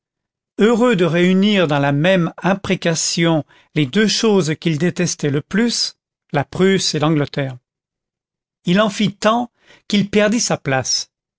heureux de réunir dans la même imprécation les deux choses qu'il détestait le plus la prusse et l'angleterre il en fit tant qu'il perdit sa place